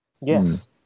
Yes